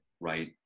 right